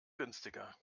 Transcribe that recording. günstiger